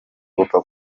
gupfa